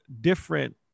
different